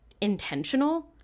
intentional